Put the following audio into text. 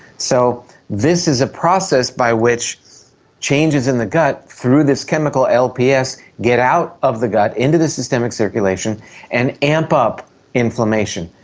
so this is a process by which changes in the gut through this chemical lps get out of the gut into the systemic circulation and amp up inflammation.